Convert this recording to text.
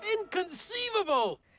Inconceivable